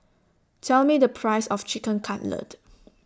Tell Me The Price of Chicken Cutlet